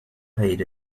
paid